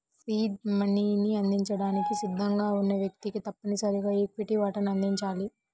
seed మనీని అందించడానికి సిద్ధంగా ఉన్న వ్యక్తికి తప్పనిసరిగా ఈక్విటీ వాటాను అందించాలి